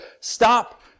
stop